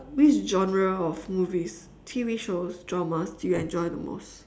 which genre of movies T_V shows dramas do you enjoy the most